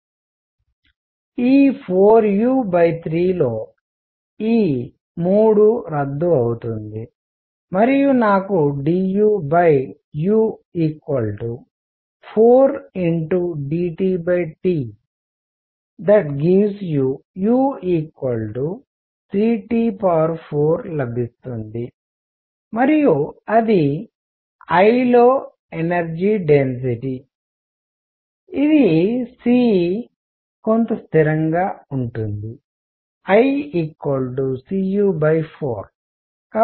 ఈ 4u3 లో ఈ 3 రద్దు అవుతుంది మరియు నాకు duu 4dTTu cT4 లభిస్తుంది మరియు అది I లో ఎనర్జీ డెన్సిటీ శక్తి సాంద్రత ఇది c కొంత స్థిరంగా ఉంటుంది I cu4